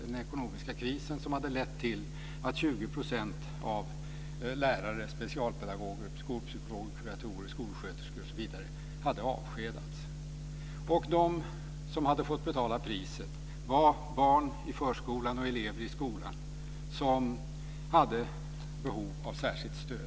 Den ekonomiska krisen hade lett till att 20 % av lärare, specialpedagoger, skolpsykologer, kuratorer, skolsköterskor osv. hade avskedats. De som hade fått betala priset var barn i förskolan och elever i skolan som hade behov av särskilt stöd.